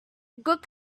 good